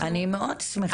אני מאד שמחה,